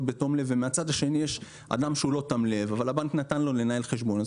בתום לב ומהצד השני יש אדם שהוא לא תם לב אבל הבנק נתן לו לנהל חשבון.